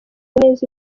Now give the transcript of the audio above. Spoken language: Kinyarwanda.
neza